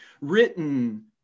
written